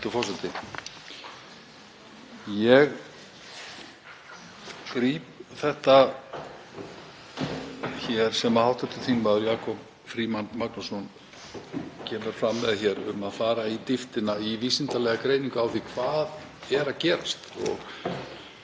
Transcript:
Ég gríp þetta sem hv. þm. Jakob Frímann Magnússon kemur fram með um að fara í dýptina í vísindalega greiningu á því hvað er að gerast.